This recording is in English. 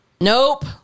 Nope